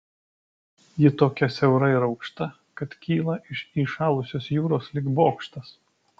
ji tokia siaura ir aukšta kad kyla iš įšalusios jūros lyg bokštas